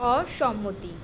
অসম্মতি